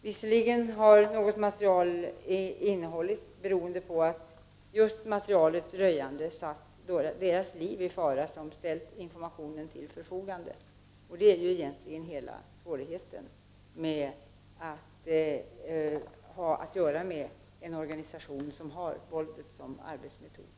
Visserligen har något materialinnehållits på grund av att detta materials röjande skulle ha satt livet i fara för dem som ställt informationen till förfogande. Detta är egentligen svårigheten när man har att göra med en organisation som har våldet som arbetsmetod.